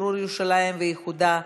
שחרור ירושלים ואיחודה,